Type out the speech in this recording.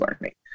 learning